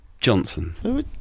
Johnson